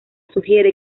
sugiere